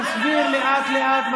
תסביר לאט-לאט,